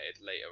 later